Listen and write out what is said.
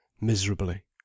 miserably